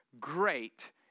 great